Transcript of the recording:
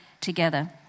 together